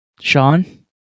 Sean